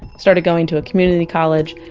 started going to a community college.